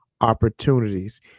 opportunities